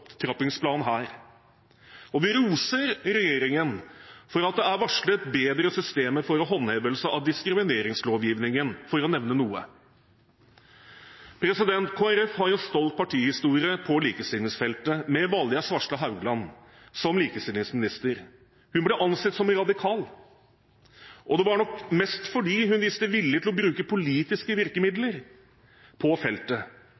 opptrappingsplan her, og vi roser regjeringen for at det er varslet bedre systemer for håndhevelse av diskrimineringslovgivningen, for å nevne noe. Kristelig Folkeparti har en stolt partihistorie på likestillingsfeltet med Valgerd Svarstad Haugland som likestillingsminister. Hun ble ansett som radikal, og det var nok mest fordi hun viste vilje til å bruke politiske virkemidler på feltet.